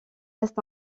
restent